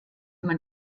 man